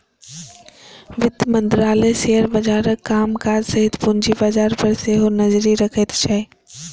वित्त मंत्रालय शेयर बाजारक कामकाज सहित पूंजी बाजार पर सेहो नजरि रखैत छै